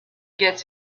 gets